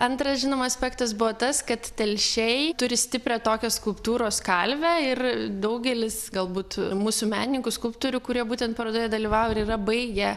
antras žinoma aspektas buvo tas kad telšiai turi stiprią tokios skulptūros kalvę ir daugelis galbūt mūsų menininkų skulptorių kurie būtent parodoje dalyvauja ir yra baigę